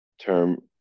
term